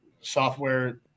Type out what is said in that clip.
software